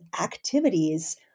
activities